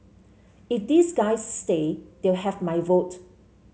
if these guys stay they'll have my vote